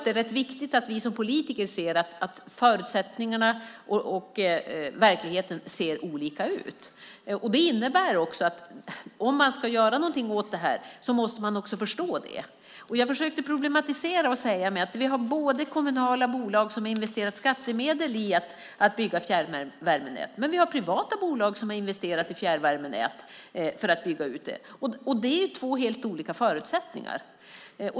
Det är rätt viktigt att vi som politiker ser att förutsättningarna och verkligheten ser olika ut. Det innebär att om man ska göra någonting åt detta måste man också förstå det. Jag försökte att problematisera det genom att säga att vi har kommunala bolag där vi investerat skattemedel i att bygga fjärrvärmenät. Men vi har också privata bolag som har investerat i fjärrvärmenät för att bygga ut dem. Det är två helt olika förutsättningar.